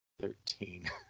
thirteen